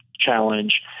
challenge